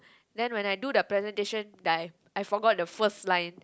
then when I do the presentation die I forgot the first line